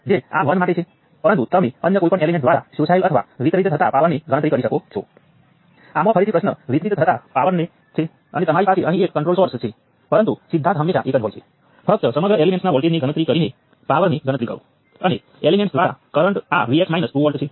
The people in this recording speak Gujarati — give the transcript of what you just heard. અને તે જ રીતે અહીં આ માઈનસ G13 બને છે મેટ્રિક્સ સિમેટ્રી છે કારણ કે આપણી પાસે હજુ પણ એક સર્કિટ છે જેમાં ફક્ત કન્ડકટન્સ અને કરંટ સોર્સો મેટ્રિક્સ સિમેટ્રીક છે અને આ નોડલ એનાલિસિસ સેટઅપ સાથે થાય છે